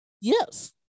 Yes